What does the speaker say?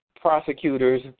prosecutors